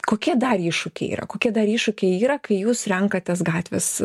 kokie dar iššūkiai yra kokie dar iššūkiai yra kai jūs renkatės gatvės